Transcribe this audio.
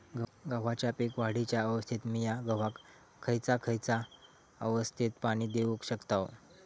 गव्हाच्या पीक वाढीच्या अवस्थेत मिया गव्हाक खैयचा खैयचा अवस्थेत पाणी देउक शकताव?